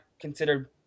considered